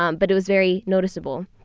um but it was very noticeable.